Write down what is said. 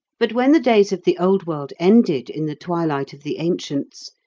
but when the days of the old world ended in the twilight of the ancients,